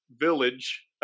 Village